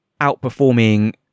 outperforming